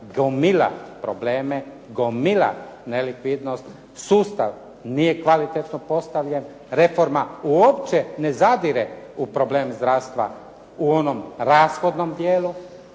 gomila probleme, gomila nelikvidnost, sustav nije kvalitetno postavljen, reforma uopće ne zadire u problem zdravstva u onom rashodnom dijelu,